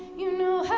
you know